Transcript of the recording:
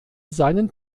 seinen